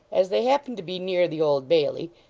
as they happened to be near the old bailey,